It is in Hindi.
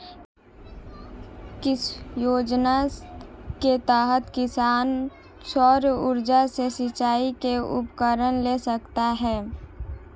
किस योजना के तहत किसान सौर ऊर्जा से सिंचाई के उपकरण ले सकता है?